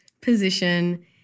position